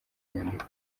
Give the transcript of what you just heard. nyandiko